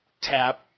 tap